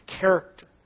character